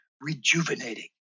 rejuvenating